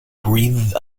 breathed